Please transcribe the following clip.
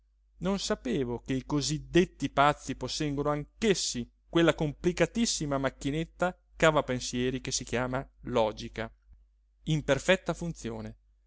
non sapevo che i cosí detti pazzi posseggono anch'essi quella complicatissima macchinetta cavapensieri che si chiama logica in perfetta funzione